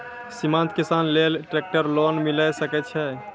सीमांत किसान लेल ट्रेक्टर लोन मिलै सकय छै?